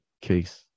case